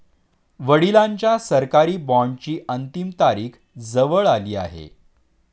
वडिलांच्या सरकारी बॉण्डची अंतिम तारीख जवळ आली आहे